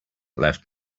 left